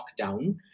lockdown